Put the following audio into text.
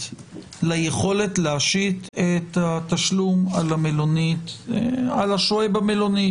ליכולת להשית את התשלום על השוהה במלונית,